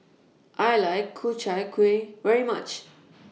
I like Ku Chai Kuih very much